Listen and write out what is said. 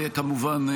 כמובן,